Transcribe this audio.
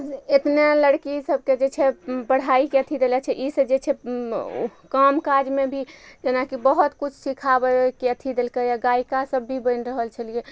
एतने लड़की सबके जे छै पढ़ाइके अथी देले छै ईसे जे छै काम काजमे भी जेनाकि बहुत किछु सिखाबयके अथी देलकइ यऽ गायिका सब भी बनि रहल छलियै